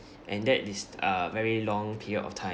and that is a very long period of time